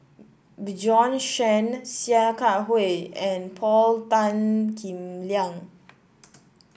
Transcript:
Bjorn Shen Sia Kah Hui and Paul Tan Kim Liang